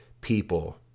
people